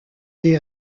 des